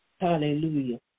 Hallelujah